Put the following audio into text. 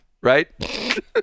Right